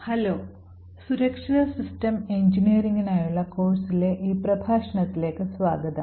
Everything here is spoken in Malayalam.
ഹലോ സുരക്ഷിത സിസ്റ്റം എഞ്ചിനീയറിംഗിനായുള്ള കോഴ്സിലെ ഈ പ്രഭാഷണത്തിലേക്ക് സ്വാഗതം